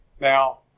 Now